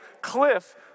cliff